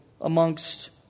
amongst